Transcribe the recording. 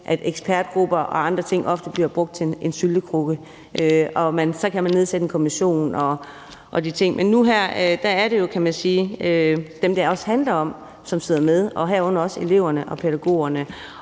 at ekspertgrupper og andre ting ofte bliver brugt som en syltekrukke, og så kan man nedsætte en kommission og andre ting. Men nu her er det dem, det handler om, som sidder med, herunder eleverne og pædagogerne,